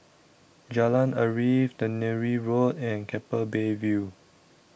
Jalan Arif Tannery Road and Keppel Bay View